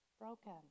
broken